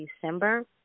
December